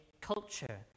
culture